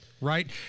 right